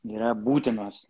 yra būtinos